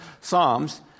Psalms